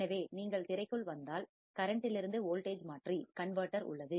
எனவே நீங்கள் திரைக்குள் வந்தால் கரண்ட் இலிருந்து வோல்டேஜ் மாற்றி கன்வெர்ட்டர்உள்ளது